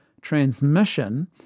transmission